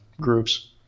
groups